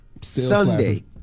Sunday